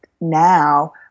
now